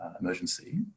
emergency